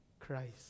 Christ